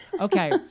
Okay